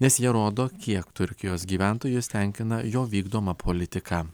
nes jie rodo kiek turkijos gyventojus tenkina jo vykdoma politika